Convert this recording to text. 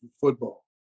football